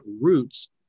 roots